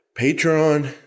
Patreon